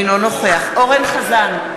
אינו נוכח אורן אסף חזן,